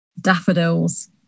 daffodils